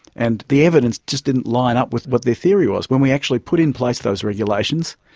and the evidence just didn't line up with what their theory was. when we actually put in place those regulations,